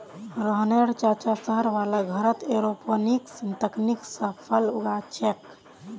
रोहनेर चाचा शहर वाला घरत एयरोपोनिक्स तकनीक स फल उगा छेक